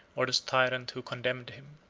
or the tyrant who condemned him.